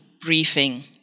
briefing